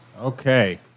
Okay